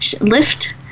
lift